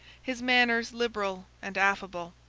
his manners liberal and affable.